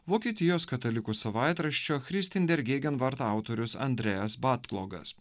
vokietijos katalikų savaitraščio autorius andrejas batlogas